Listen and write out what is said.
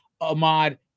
Ahmad